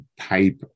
type